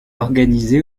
organisé